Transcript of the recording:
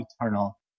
eternal